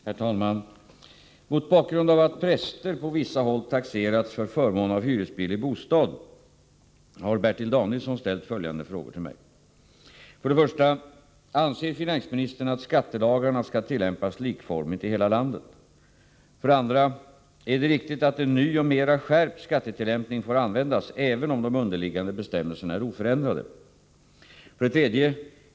Herr talman! Mot bakgrund av att präster på vissa håll taxerats för förmån av hyresbillig bostad har Bertil Danielsson ställt följande frågor till mig. 1. Anser finansministern att skattelagarna skall tillämpas likformigt i hela landet? 2. Är det riktigt att en ny, och mera skärpt, skattetillämpning får användas även om de underliggande bestämmelserna är oförändrade? 3.